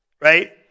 Right